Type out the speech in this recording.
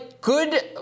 Good